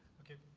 okay.